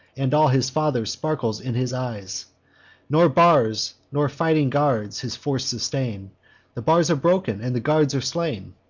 and all his father sparkles in his eyes nor bars, nor fighting guards, his force sustain the bars are broken, and the guards are slain.